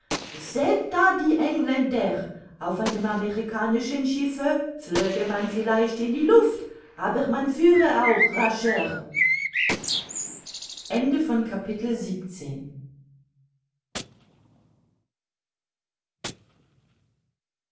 da die engländer auf einem amerikanischen schiffe flöge man vielleicht in die luft aber man führe auch rascher